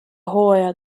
hooaja